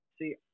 See